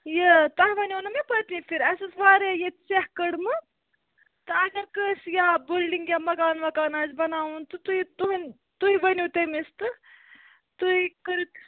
یہِ تۄہہِ وَنیو نہٕ مےٚ پٔتمہ پھِرِ اَسہِ اوس واریاہ ییٚتہِ سیٚکھ کٔڑمٕژ تہٕ اگر کٲنٛسہِ یا بِلڈِنٛگ یا مکان وکان آسہِ بَناوُن تہٕ تُہۍ تُہنٛد تُہۍ ؤنِو تٔمِس تہٕ تُہۍ کٔرِو